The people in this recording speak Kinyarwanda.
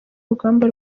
urugamba